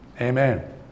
amen